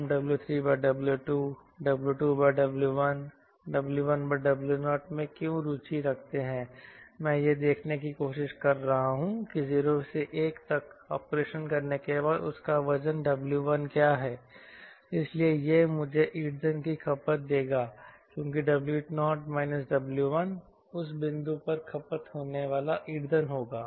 हम W3W2 W2W1 W1W0 में क्यों रुचि रखते हैं मैं यह देखने की कोशिश कर रहा हूं कि 0 से 1 तक ऑपरेशन करने के बाद उसका वजन W1 क्या है इसलिए यह मुझे ईंधन की खपत देगा क्योंकि W0 W1 उस बिंदु पर खपत होने वाला ईंधन होगा